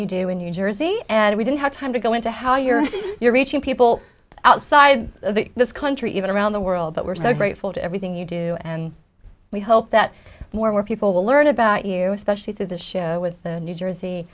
you do in new jersey and we don't have time to go into how you're you're reaching people outside of this country even around the world but we're so grateful to everything you do and we hope that more people will learn about you especially through the show with the new jersey